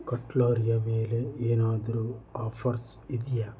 ಕಟ್ಲರಿಯ ಮೇಲೆ ಏನಾದರೂ ಆಫರ್ಸ್ ಇದೆಯ